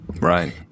Right